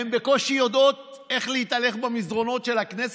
הן בקושי יודעות איך להתהלך במסדרונות של הכנסת.